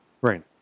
Right